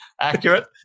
accurate